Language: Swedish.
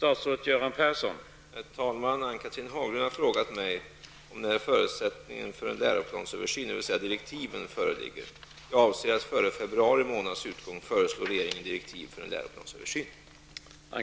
Herr talman! Ann-Cathrine Haglund har frågat mig när förutsättningen för en läroplansöversyn, dvs. direktiven, föreligger. Jag avser att före februari månads utgång föreslå regeringen direktiv för en läroplansöversyn.